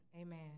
Amen